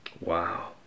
Wow